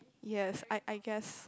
yes I I guess